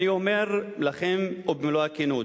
אני אומר לכם במלוא הכנות,